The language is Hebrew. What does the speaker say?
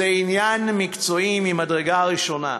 זה עניין מקצועי ממדרגה ראשונה: